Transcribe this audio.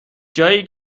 جایی